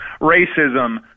racism